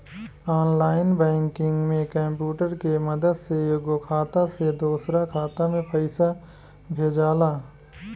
online banking में computer के मदद से एगो खाता से दोसरा खाता में पइसा भेजाला